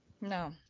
No